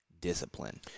discipline